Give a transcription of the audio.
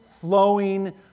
flowing